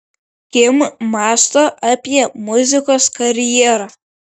kim mąsto apie muzikos karjerą